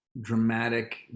dramatic